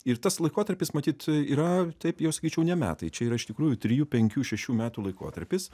ir tas laikotarpis matyt yra taip jau sakyčiau ne metai čia yra iš tikrųjų trijų penkių šešių metų laikotarpis